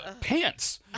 pants